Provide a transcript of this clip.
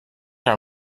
are